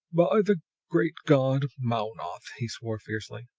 by the great god mownoth! he swore fiercely.